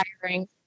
hiring